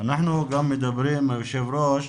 אנחנו גם מדברים, היושב ראש,